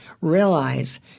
realize